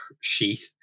sheath